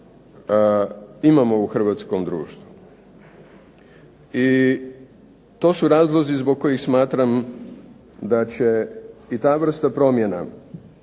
imamo u hrvatskom društvu. I to su razlozi zbog kojih smatram da će i ta vrsta promjena